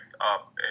up